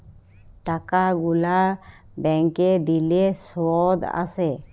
টাকা গুলা ব্যাংকে দিলে শুধ আসে